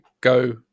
go